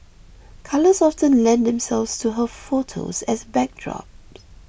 colours often lend themselves to her photos as backdrops